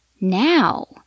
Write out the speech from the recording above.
Now